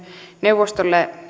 neuvostolle